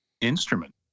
instrument